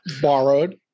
Borrowed